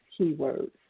keywords